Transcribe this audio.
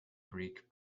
greek